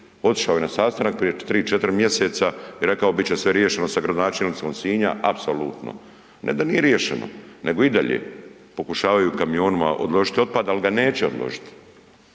otišao je sastanak prije 3-4 mjeseca i rekao bit će sve riješeno sa gradonačelnicima Sinja apsolutno. Ne da nije riješeno nego i dalje pokušavaju kamionima odložiti otpad ali ga neće odložiti.